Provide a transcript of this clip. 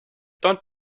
don’t